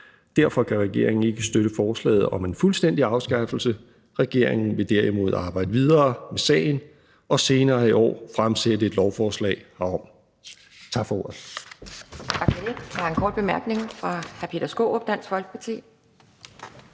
Derfor kan regeringen ikke støtte forslaget om en fuldstændig afskaffelse. Regeringen vil derimod arbejde videre med sagen og senere i år fremsætte et lovforslag herom. Tak for ordet.